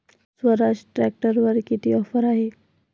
स्वराज ट्रॅक्टरवर किती ऑफर आहे?